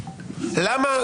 למה?